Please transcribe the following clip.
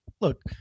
look